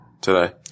today